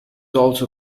also